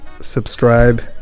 subscribe